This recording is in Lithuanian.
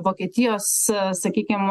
vokietijos sakykim